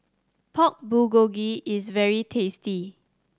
Pork Bulgogi is very tasty